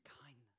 kindness